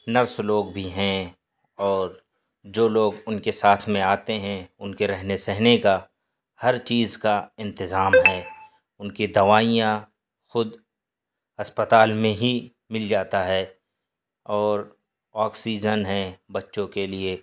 nurse لوگ بھی ہیں اور جو لوگ ان کے ساتھ میں آتے ہیں ان کے رہنے سہنے کا ہر چیز کا انتظام ہے ان کی دوائیاں خود اسپتال میں ہی مل جاتا ہے اور آکسیجن ہیں بچوں کے لیے